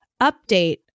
update